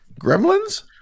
Gremlins